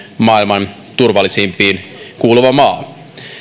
maailman turvallisimpiin kuuluva maa